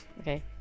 Okay